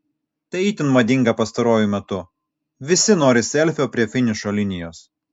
tai itin madinga pastaruoju metu visi nori selfio prie finišo linijos